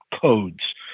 codes